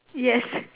yes